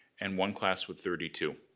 and one class with thirty two.